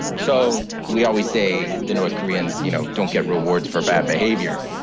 so we always say the north koreans, you know, don't get rewards for bad behavior.